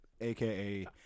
aka